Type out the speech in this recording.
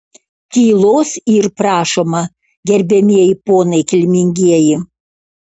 tylos yr prašoma gerbiamieji ponai kilmingieji